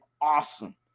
awesome